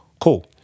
cool